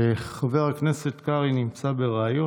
חבר הכנסת קרעי נמצא בריאיון.